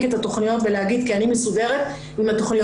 את התכניות ולהגיד כי אני מסודרת עם התכניות.